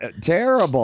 terrible